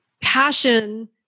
passion